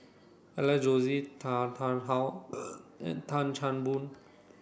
Alex Josey Tan Tarn How and Tan Chan Boon